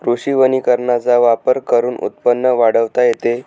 कृषी वनीकरणाचा वापर करून उत्पन्न वाढवता येते